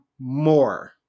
more